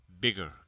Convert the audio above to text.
bigger